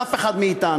מאף אחד מאתנו,